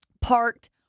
parked